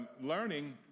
Learning